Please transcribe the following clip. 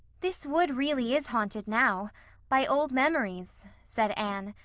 this wood really is haunted now by old memories, said anne,